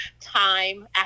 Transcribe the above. time